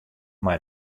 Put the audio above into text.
mei